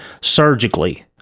surgically